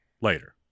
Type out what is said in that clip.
later